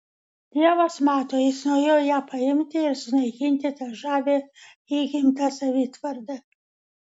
dievas mato jis norėjo ją paimti ir sunaikinti tą žavią įgimtą savitvardą